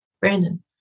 Brandon